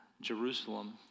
Jerusalem